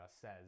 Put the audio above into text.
says